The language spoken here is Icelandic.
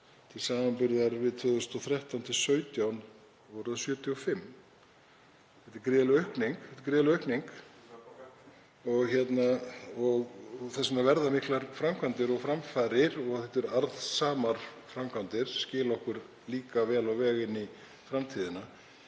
til samanburðar við 75 milljarða 2013–2017. Þetta er gríðarleg aukning og þess vegna verða miklar framkvæmdir og framfarir og þetta eru arðsamar framkvæmdir sem skila okkur líka vel á veg inn í framtíðina.